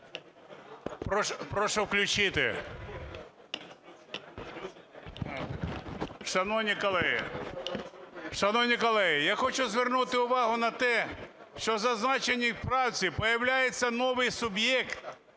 Прошу включити. Шановні колеги, я хочу звернути увагу на те, що в зазначеній правці появляється новий суб'єкт,